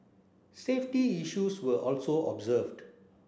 safety issues were also observed